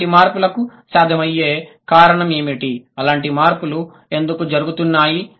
అలాంటి మార్పులకు సాధ్యమయ్యే కారణం ఏమిటి అలాంటి మార్పులు ఎందుకు జరుగుతున్నాయి